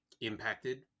impacted